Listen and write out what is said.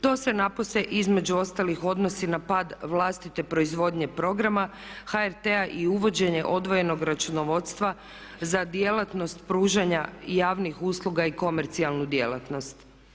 To se napose između ostalih odnosi na pad vlastite proizvodnje programa HRT-a i uvođenje odvojenog računovodstva za djelatnost pružanja javnih usluga i komercijalnu djelatnost.